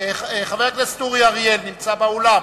חבר הכנסת אורי אריאל נמצא באולם?